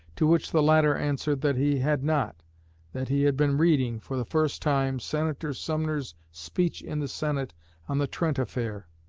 to which the latter answered that he had not that he had been reading, for the first time, senator sumner's speech in the senate on the trent affair.